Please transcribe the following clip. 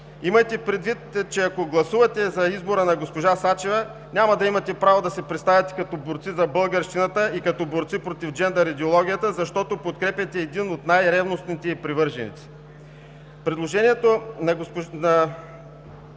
Имайте предвид, че ако гласувате за избора на госпожа Сачева, няма да имате право да се представяте като борци за българщината и като борци против джендър идеологията, защото подкрепяте един от най-ревностните ѝ привърженици.